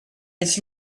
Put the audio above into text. its